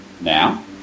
now